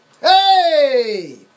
Hey